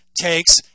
takes